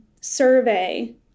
survey